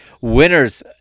Winners